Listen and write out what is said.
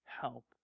help